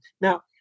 Now